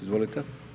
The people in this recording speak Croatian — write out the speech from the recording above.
Izvolite.